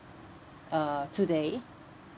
uh today